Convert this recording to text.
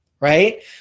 right